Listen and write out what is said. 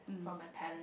from my parents